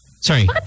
Sorry